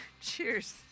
Cheers